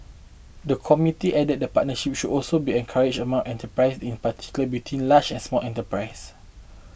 the committee added that partnerships should also be encouraged among enterprise in particular between large and small enterprise